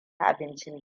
abincin